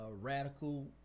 radical